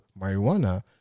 marijuana